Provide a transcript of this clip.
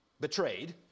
betrayed